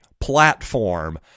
platform